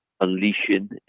unleashing